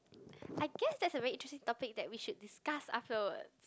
I guess there's a way to see topic that we should discuss afterward